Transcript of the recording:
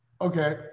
Okay